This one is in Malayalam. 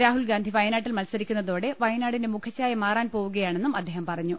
രാഹുൽഗാന്ധി വയനാട്ടിൽ മത്സരിക്കുന്നതോടെ വയനാടിന്റെ മുഖച്ഛായ മാറാൻ പോവുകയാണെന്നും അദ്ദേഹം പറഞ്ഞു